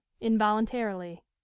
involuntarily